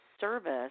service